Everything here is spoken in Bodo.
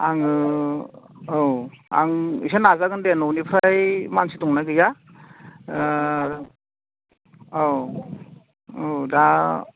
आङो औ आं इखो नाजागोन दे न'निफ्राय मानसि दंना गैया औ औ दा